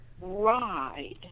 ride